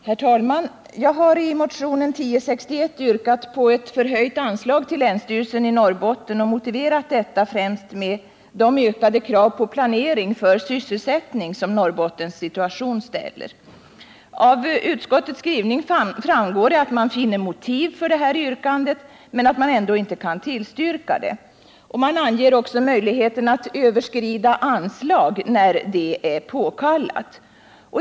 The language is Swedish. Herr talman! Jag har i motionen 1061 yrkat på ett förhöjt anslag till länsstyrelsen i Norrbotten och motiverat detta främst med de ökade krav på planering för sysselsättning som Norrbottens situation ställer. Av utskottets skrivning framgår att man finner motiv för detta yrkande, men att man ändå inte kan tillstyrka det. Vidare anger man möjligheten att överskrida anslag när det är påkallat.